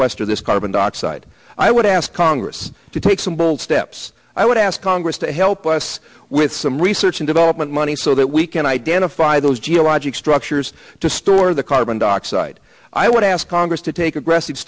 sequester this carbon dioxide i would ask congress to take some bold steps i would ask congress to help us with some research and development money so that we can identify those geologic structures to store the carbon dioxide i would ask congress to take aggressive